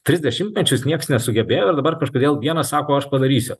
tris dešimtmečius nieks nesugebėjo ir dabar kažkodėl vienas sako aš padarysiu